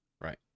Right